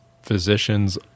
physicians